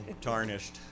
Tarnished